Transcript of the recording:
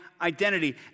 identity